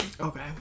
Okay